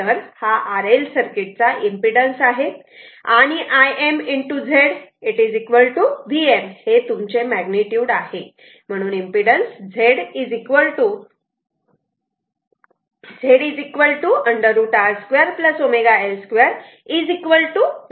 तर हा R L circuit चा इम्पीडन्स आहे आणि Im Z Vm हे तुमचे मॅग्निट्युड आहे म्हणून impedance Z √ R 2 ω L 2 Vm Im आहे